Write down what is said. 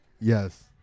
yes